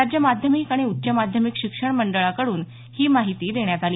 राज्य माध्यमिक आणि उच्च माध्यमिक शिक्षण मंडळाकडून ही माहिती देण्यात आली